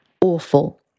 awful